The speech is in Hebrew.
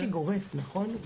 אני ביקשתי גורף, נכון?